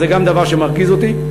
וגם זה דבר שמרגיז אותי,